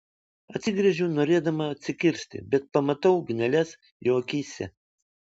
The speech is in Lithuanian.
atsigręžiu norėdama atsikirsti bet pamatau ugneles jo akyse